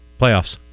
playoffs